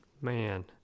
Man